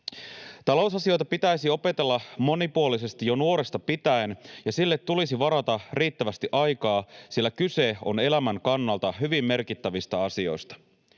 Talousasioita pitäisi opetella monipuolisesti jo nuoresta pitäen ja siihen tulisi varata riittävästi aikaa, sillä kyse on elämän kannalta hyvin merkittävistä asioista.